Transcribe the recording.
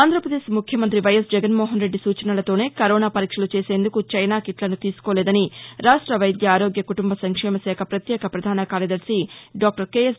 ఆంధ్రాపదేశ్ ముఖ్యమంతి వైఎస్ జగన్మోహన్రెడ్డి సూచనలతోనే కరోనా పరీక్షలు చేసేందుకు చైనా కిట్లను తీసుకోలేదని రాష్ట వైద్య ఆరోగ్య కుటుంబ సంక్షేమ శాఖ పత్యేక పధాన కార్యదర్భి డాక్టర్ కెఎస్